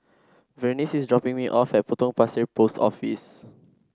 Vernice is dropping me off at Potong Pasir Post Office